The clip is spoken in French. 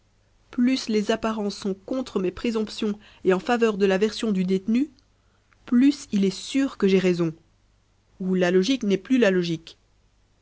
plus les apparences sont contre mes présomptions et en faveur de la version du détenu plus il est sûr que j'ai raison ou la logique n'est plus la logique